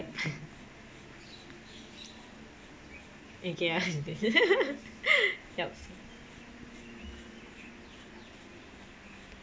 okay yup